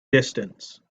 distance